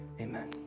Amen